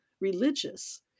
religious